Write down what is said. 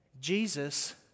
Jesus